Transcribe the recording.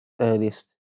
earliest